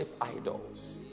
idols